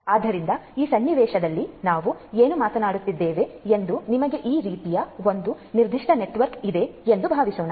ಆದ್ದರಿಂದ ಈ ಸನ್ನಿವೇಶದಲ್ಲಿ ನಾವು ಏನು ಮಾತನಾಡುತ್ತಿದ್ದೇವೆ ಎಂದರೆ ನಿಮಗೆ ಈ ರೀತಿಯ ಒಂದು ನಿರ್ದಿಷ್ಟ ನೆಟ್ವರ್ಕ್ ಇದೆ ಎಂದು ಭಾವಿಸೋಣ